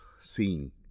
seeing